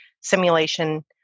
simulation